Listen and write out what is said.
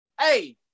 Hey